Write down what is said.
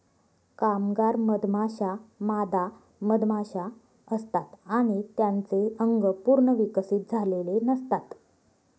कामगार मधमाश्या मादा मधमाशा असतात आणि त्यांचे अंग पूर्ण विकसित झालेले नसतात